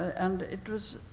and it was,